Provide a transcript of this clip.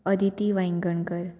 Aditi Vaingankar